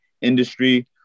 industry